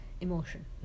emotion